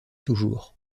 toujours